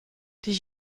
die